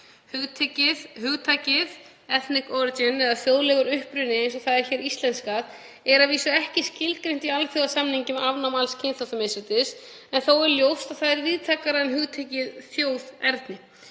Hugtakið „ethnic origin“, eða þjóðlegur uppruni eins og það er hér íslenskað, er að vísu ekki skilgreint í alþjóðasamningi um afnám alls kynþáttamisréttis. Þó er ljóst að það yrði víðtækara en hugtakið þjóðerni.